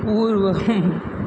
पूर्वम्